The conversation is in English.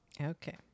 Okay